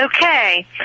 Okay